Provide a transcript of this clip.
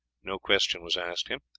no question was asked him,